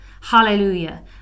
Hallelujah